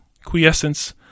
quiescence